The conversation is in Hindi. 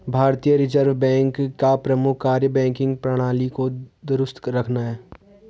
भारतीय रिजर्व बैंक का प्रमुख कार्य बैंकिंग प्रणाली को दुरुस्त रखना है